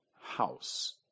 House